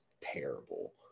terrible